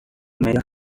media